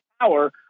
power